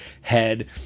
head